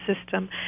system